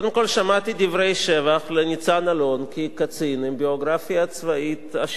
שמעתי דברי שבח לניצן אלון כקצין עם ביוגרפיה צבאית עשירה,